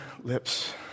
lips